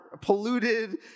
polluted